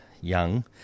young